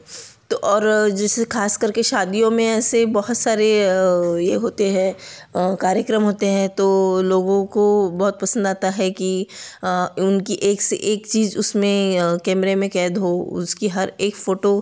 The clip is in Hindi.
और जैसे खास करके शादियों में ऐसे बहुत सारे यह होते हैं कार्यक्रम होते हैं तो लोगों को बहुत पसंद आता है कि उनकी एक से एक चीज़ उसमें कमरे में कैद हो उसकी हर एक फ़ोटो